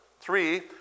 Three